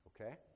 Okay